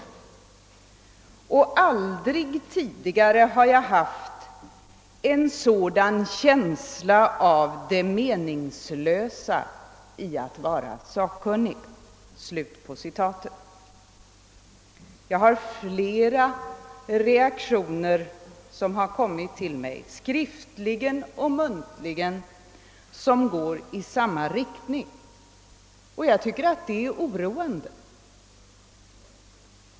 Och aldrig tidigare har jag haft en sådan känsla av det meningslösa i att vara sakkunnig.» Jag har fått flera reaktioner — både skriftligen och muntligen — som går i samma riktning. Detta tycker jag är oroande.